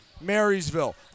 Marysville